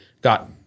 got